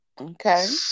Okay